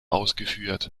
ausgeführt